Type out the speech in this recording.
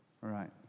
right